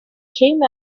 came